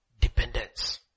dependence